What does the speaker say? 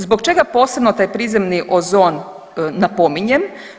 Zbog čega posebno taj prizemni ozon napominjem?